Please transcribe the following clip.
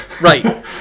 right